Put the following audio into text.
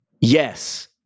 yes